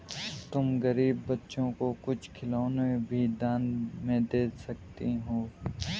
तुम गरीब बच्चों को कुछ खिलौने भी दान में दे सकती हो